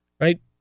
right